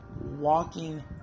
walking